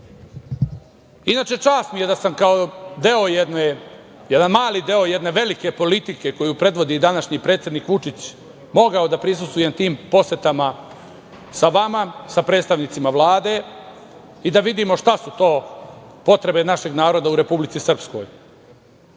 čast mi je da sam kao jedan mali deo jedne velike politike koju predvodi današnji predsednik Vučić mogao da prisustvujem tim posetama sa vama, sa predstavnicima Vlade i da vidimo šta su to potrebe našeg naroda u Republici Srpskoj.